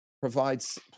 provides